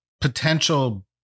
potential